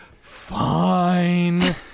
fine